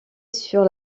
sur